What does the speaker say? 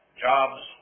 jobs